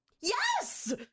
yes